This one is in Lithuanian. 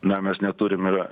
na mes neturim ir